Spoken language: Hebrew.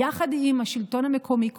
יחד עם השלטון המקומי כולו,